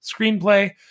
screenplay